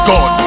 God